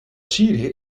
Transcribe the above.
syrië